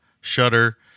Shutter